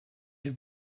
have